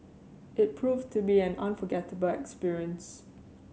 it proved to be an unforgettable experience